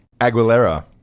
Aguilera